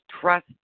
trust